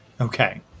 Okay